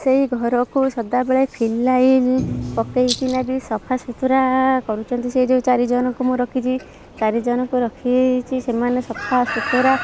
ସେଇ ଘରକୁ ସଦାବେଳେ ଫିନାଇଲ୍ ପକାଇକିନା ବି ସଫାସୁତୁରା କରୁଛନ୍ତି ସେଇ ଯେଉଁ ଚାରି ଜଣଙ୍କୁ ମୁଁ ରଖିଛି ଚାରି ଜଣଙ୍କୁ ରଖିଛି ସେମାନେ ସଫାସୁତୁରା